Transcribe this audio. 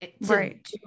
right